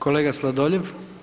Kolega Sladoljev.